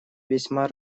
весьма